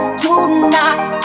tonight